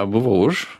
buvau už